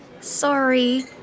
Sorry